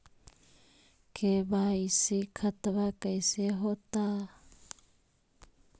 KYC खतबा कैसे होता?